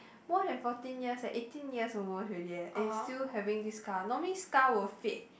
more than fourteen years eh eighteen years almost already eh and it's still having this scar normally scar will fade